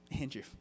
Andrew